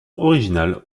original